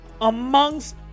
amongst